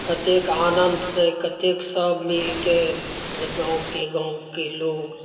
कतेक आनंदसे कतेक सभ मिलिके गाँवके गाँवके लोक